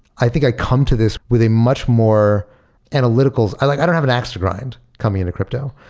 i think i come to this with a much more analytical. i like i don't have an axe to grind coming into crypto.